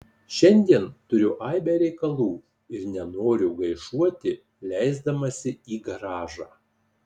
šiandien turiu aibę reikalų ir nenoriu gaišuoti leisdamasi į garažą